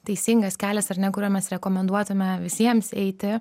teisingas kelias ar ne kuriuo mes rekomenduotume visiems eiti